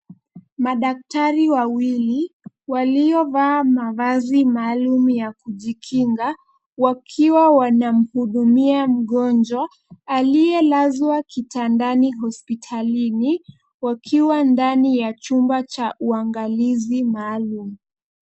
Madaktari wawili waliovaa mavazi maalum ya kujikinga wakiwa wanamhudumia mgonjwa aliyelazwa kitandani hospitalini wakiwa ndani ya chumba cha uangalizi maalum.